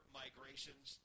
migrations